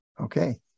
Okay